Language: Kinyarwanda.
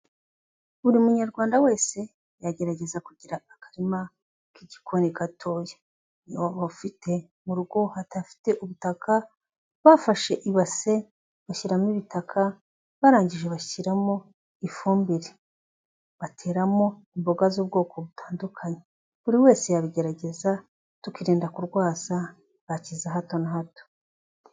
Buri munyarwanda wese yagerageza kugira akarima k'igikoni gatoya. Ni umuntu ufite mu rugo hadafite ubutaka, bafashe ibase bashyiramo ibitaka, barangije bashyiramo ifumbire. Bateramo imboga z'ubwoko butandukanye. Buri wese yabigerageza tukirinda kurwaza bwaki za hato na hato.